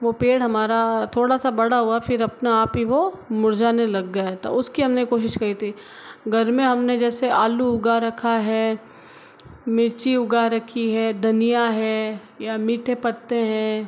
वो पेड़ हमारा थोड़ा सा बड़ा हुआ फिर अपने आप ही वो मुरझाने लग गया था उसकी हमने कोशिश करी थी घर में हमने जैसे आलू उगा रखा है मिर्ची उगा रखी है धनिया है या मीठे पत्ते हैं